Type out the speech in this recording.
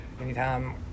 Anytime